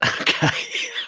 Okay